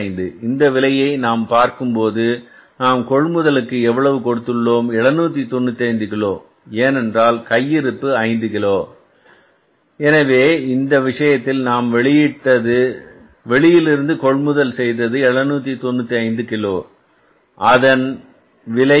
25 இந்த விலையை நாம் பார்க்கும்போது நாம் கொள்முதலுக்குஎவ்வளவு கொடுத்துள்ளோம் 795 கிலோ ஏன் நமது இறுதி கையிருப்பு 5 கிலோ எனவே இந்த விஷயத்தில் நாம் வெளியிலிருந்து கொள்முதல் செய்தது 795 கிலோ அதன் விலை 4